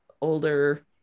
older